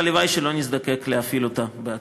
והלוואי שלא נזדקק להפעיל אותה בעתיד.